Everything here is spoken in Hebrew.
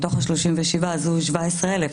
מתוך ה-37,000 יצאו 17,000,